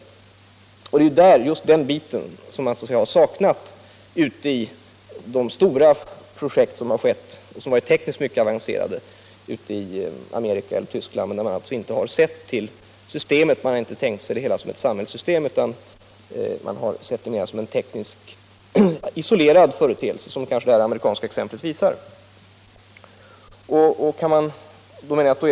Det är den biten jag saknat i de stora projekt som man arbetat med i Amerika och Tyskland och som varit tekniskt mycket avancerade. Man har då inte tänkt sig det hela som ett samhällssystem, utan man har sett det som en isolerad teknisk företeelse. Detta visar bl.a. det här amerikanska projektet.